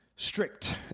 Strict